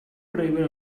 driver